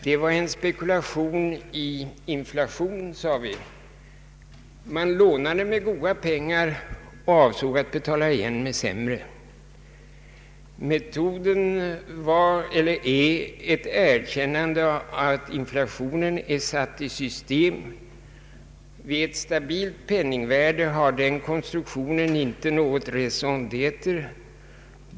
De var en spekulation i inflation, sade vi. Man lånade goda pengar och avsåg att betala igen med sämre. Metoden är ett erkännande av att inflationen är satt i system. Vid ett stabilt penningvärde har den konstruktionen inte något raison d'étre.